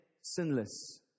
sinless